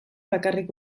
bakarrik